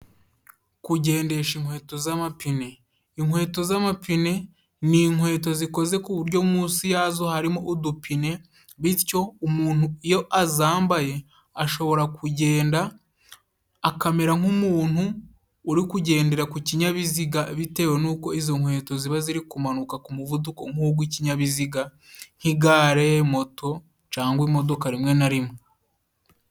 kugendesha inkweto zamapine, inkweto z'amapine ni inkweto zikoze ku buryo munsi yazo harimo udupine bityo umuntu iyo azambaye ashobora kugenda akamera nk'umuntu uri kugendera ku kinyabiziga bitewe n'uko izo nkweto ziba ziri kumanuka ku muvuduko nk'ugw'ikinyabiziga nk'igare, moto cangwa imodoka rimwe na rimwe